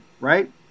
right